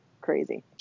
crazy